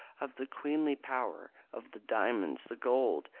of the queenly power, of the diamonds, the gold,